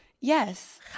Yes